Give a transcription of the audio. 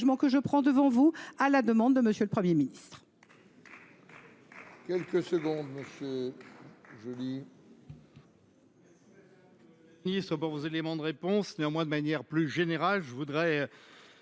que je prends devant vous, à la demande de M. le Premier ministre.